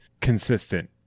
consistent